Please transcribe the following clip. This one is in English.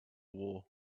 war